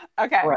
Okay